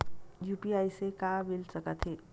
UPI से का मिल सकत हे?